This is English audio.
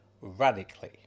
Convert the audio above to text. radically